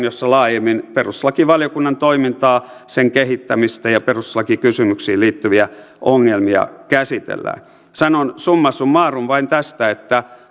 jossa laajemmin perustuslakivaliokunnan toimintaa sen kehittämistä ja perustuslakikysymyksiin liittyviä ongelmia käsitellään sanon summa summarum vain tästä että